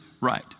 right